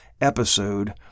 episode